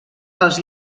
els